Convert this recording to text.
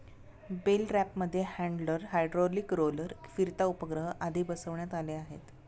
bell रॅपरमध्ये handler, hydraulic roller, फिरता उपग्रह आदी बसवण्यात आले आहे